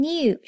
New